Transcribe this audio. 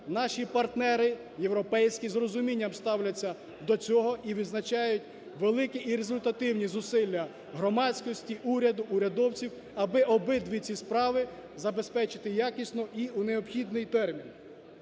Наші партнери європейські з розумінням ставляться до цього і відзначають великі і результативні зусилля громадськості, уряду, урядовців аби обидві ці справи забезпечити якісно і у необхідний термін.